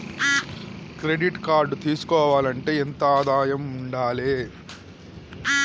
Credit card తీసుకోవాలంటే ఎంత ఆదాయం ఉండాలే?